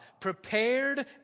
prepared